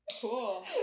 Cool